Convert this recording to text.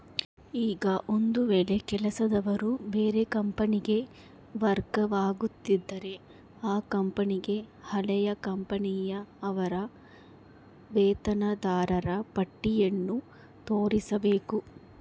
ಈಗ ಒಂದು ವೇಳೆ ಕೆಲಸದವರು ಬೇರೆ ಕಂಪನಿಗೆ ವರ್ಗವಾಗುತ್ತಿದ್ದರೆ ಆ ಕಂಪನಿಗೆ ಹಳೆಯ ಕಂಪನಿಯ ಅವರ ವೇತನದಾರರ ಪಟ್ಟಿಯನ್ನು ತೋರಿಸಬೇಕು